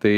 tai